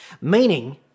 Meaning